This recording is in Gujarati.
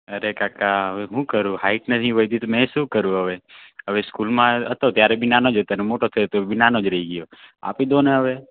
અરે કાકા હવે હું કરું હાઇટ નથી વધી તો મેં શું કરું હવે સ્કૂલમાં હતો ત્યારે બી નાનો જ હતો અને મોટો થયો તો બી નાનો જ રહી ગયો આપી દો ને